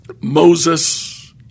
Moses